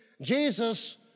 Jesus